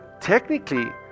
technically